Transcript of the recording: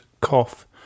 cough